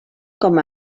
com